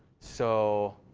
so,